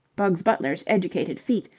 bugs butler's educated feet,